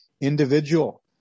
individual